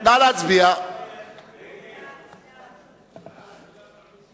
הצעת סיעות רע"ם-תע"ל חד"ש